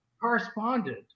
corresponded